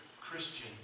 Christian